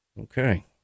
Okay